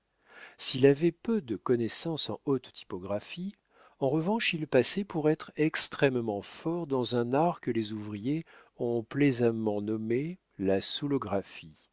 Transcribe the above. s'il avait peu de connaissances en haute typographie en revanche il passait pour être extrêmement fort dans un art que les ouvriers ont plaisamment nommé la soûlographie